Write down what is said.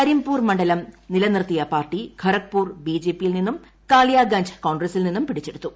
കരിംപൂർ മണ്ഡലം നിലനിർത്തിയ party Kharagpur BJP യിൽ നിന്നും കാളിയഗഞ്ച് കോൺഗ്രസിൽ നിന്നും പിടിച്ചെടുത്തു